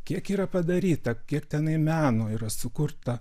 kiek yra padaryta kiek tenai meno yra sukurta